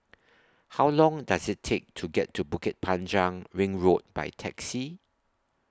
How Long Does IT Take to get to Bukit Panjang Ring Road By Taxi